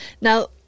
Now